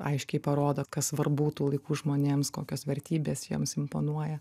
aiškiai parodo kas svarbu tų laikų žmonėms kokios vertybės jiems imponuoja